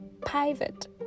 private